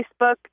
Facebook